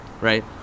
right